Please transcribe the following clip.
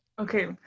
Okay